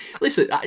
Listen